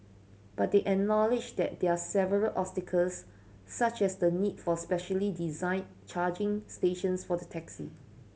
but they acknowledged that there're several obstacles such as the need for specially designed charging stations for the taxi